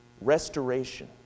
restoration